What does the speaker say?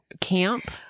camp